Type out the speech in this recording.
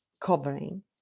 covering